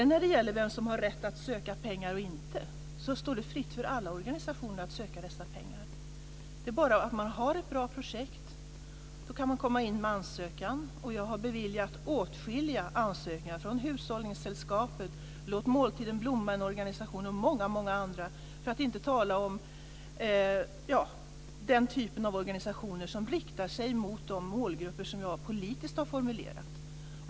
När det gäller vem som har rätt att söka pengar eller inte vill jag påpeka att det står fritt för alla organisationer att söka dessa pengar. Man behöver bara ha ett bra projekt, sedan kan man komma in med ansökan. Jag har beviljat åtskilliga ansökningar från Hushållningssällskapet, föreningen Låt Måltiden Blomma och många andra, för att inte tala om den typ av organisationer som riktar sig till de målgrupper som jag politiskt har formulerat.